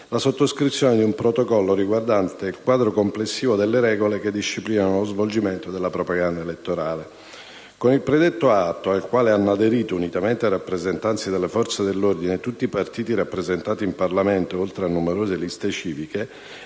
la sottoscrizione di un protocollo riguardante il quadro complessivo delle regole che disciplinano lo svolgimento della propaganda elettorale. Con il predetto atto, al quale hanno aderito, unitamente ai rappresentanti delle forze dell'ordine, tutti i partiti rappresentati in Parlamento, oltre a numerose liste civiche,